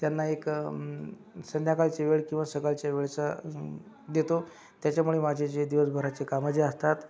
त्यांना एक संध्याकाळची वेळ किंवा सकाळच्या वेळचा देतो त्याच्यामुळे माझे जे दिवसभराचे कामं जे असतात